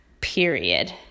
period